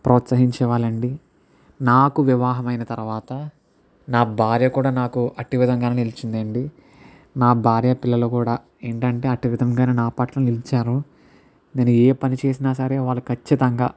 ప్రోత్సహించేవాళ్ళు అండి నాకు వివాహమైన తర్వాత నా భార్య కూడా నాకు అట్టి విధంగానే నిలిచింది అండి నా భార్య పిల్లలు కూడా ఏంటి అంటే అట్టి విధంగానే నా పట్ల నిలిచారు నేను ఏ పని చేసినా సరే వాళ్ళు ఖచ్చితంగా